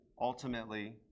ultimately